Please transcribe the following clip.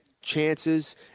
chances